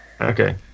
Okay